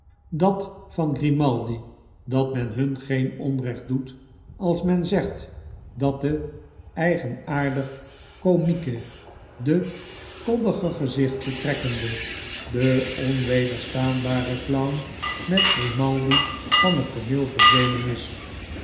dat van grimaldi dat men hun geen onrecht doet als men zegt dat de eigenaardig komieke de koddige gezichten trekkende de onwedersiaanbare clown met grimaldi van het tooneel verdwenen is